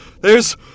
there's-